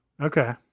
Okay